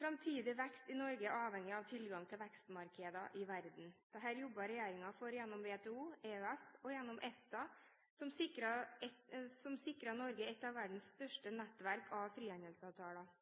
Framtidig vekst i Norge er avhengig av tilgang til vekstmarkeder i verden. Dette jobber regjeringen for gjennom WTO, EØS og EFTA, som sikrer Norge et av verdens største nettverk av frihandelsavtaler.